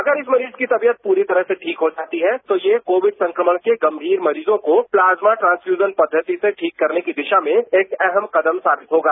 अगर इस मरीज की तबीवत पूरी तरह से रीक हो सकती है तो ये कोविड संक्रमण के गंगीर मरीजों को प्लाज्मा ट्रांसप्यूजन पद्धति से ठीक करने की दिशा में एक अहम कदम साबित होगा